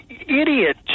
idiot